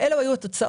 אלה היו התוצאות.